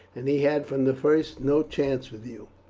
and he had from the first no chance with you.